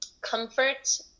comfort